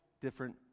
different